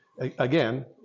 again